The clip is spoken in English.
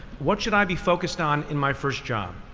what should i be focused on in my first job?